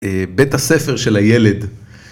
‫בית הספר של הילד.